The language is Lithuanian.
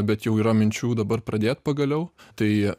bet jau yra minčių dabar pradėt pagaliau tai